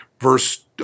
Verse